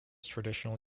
traditional